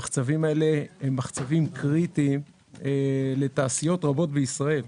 המחצבים האלה הם קריטיים לתעשיות רבות בישראל,